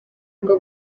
rwo